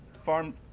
farm